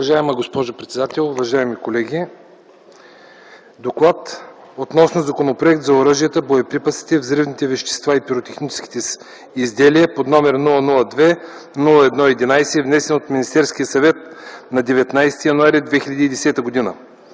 Уважаема госпожо председател, уважаеми колеги! „ДОКЛАД относно Законопроект за оръжията, боеприпасите, взривните вещества и пиротехническите изделия, № 002-01-11, внесен от Министерския съвет на 19.01.2010 г.